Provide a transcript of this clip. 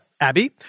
Abby